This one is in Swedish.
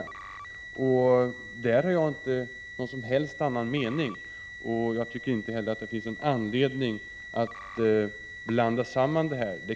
På den punkten har jag inte någon som helst annan mening, och jag tycker inte heller att det finns anledning att blanda samman det ena med det andra.